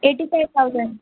eighty five thousand